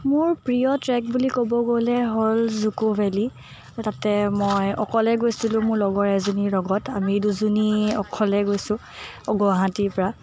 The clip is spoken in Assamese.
মোৰ প্ৰিয় ট্ৰেক বুলি ক'ব গ'লে হ'ল জুক' ভেলী তাতে মই অকলে গৈছিলোঁ মোৰ লগৰ এজনীৰ লগত আমি দুজনী অকলে গৈছোঁ গুৱাহাটীৰ পৰা